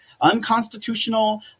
unconstitutional